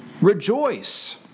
rejoice